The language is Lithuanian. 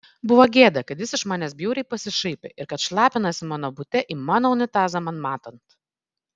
buvo gėda kad jis iš manęs bjauriai pasišaipė ir kad šlapinasi mano bute į mano unitazą man matant